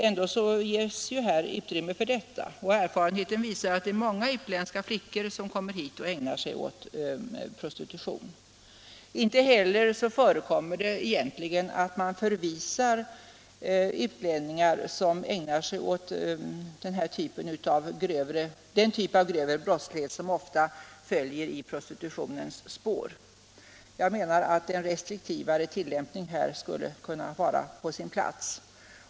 Ändå ges utrymme för detta, och erfarenheten visar att många utländska flickor kommer hit och ägnar sig åt prostitution. Det förekommer egentligen inte heller att man förvisar utlänningar som ägnar sig åt den typ av grövre brottslighet som ofta följer i prostitutionens spår. En mera restriktiv tillämpning skulle här kunna vara på sin plats.